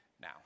now